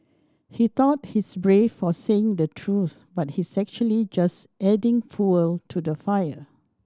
he thought he's brave for saying the truth but he's actually just adding fuel to the fire